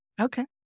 Okay